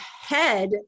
head